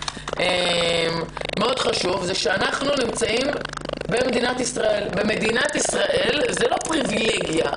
אנחנו נמצאים במדינת ישראל ואצלנו זה לא פריווילגיה,